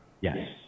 Yes